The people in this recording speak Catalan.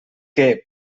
que